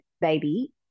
baby